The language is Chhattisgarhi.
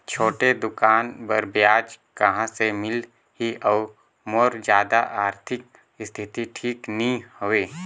छोटे दुकान बर ब्याज कहा से मिल ही और मोर जादा आरथिक स्थिति ठीक नी हवे?